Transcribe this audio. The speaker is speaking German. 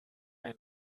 ein